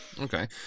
Okay